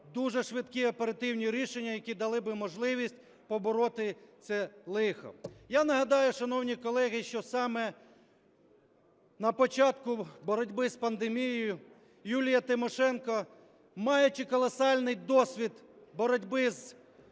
дуже швидкі, оперативні рішення, які дали би можливість побороти це лихо. Я нагадаю, шановні колеги, що саме на початку боротьби з пандемією Юлія Тимошенко, маючи колосальний досвід боротьби з цими